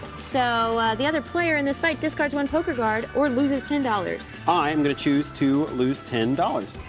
so the other player in this fight discards one poker card or loses ten dollars. i am gonna choose to lose ten dollars.